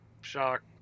shock